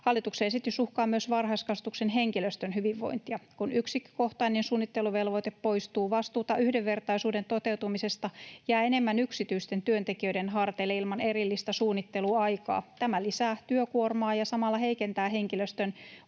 Hallituksen esitys uhkaa myös varhaiskasvatuksen henkilöstön hyvinvointia. Kun yksikkökohtainen suunnitteluvelvoite poistuu, vastuuta yhdenvertaisuuden toteutumisesta jää enemmän yksityisten työntekijöiden harteille ilman erillistä suunnitteluaikaa. Tämä lisää työkuormaa ja samalla heikentää henkilöstön